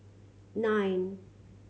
nine